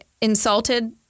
insulted